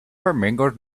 flamingos